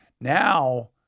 now